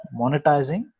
monetizing